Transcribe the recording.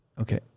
Okay